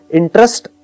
interest